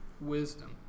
Wisdom